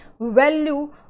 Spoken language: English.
value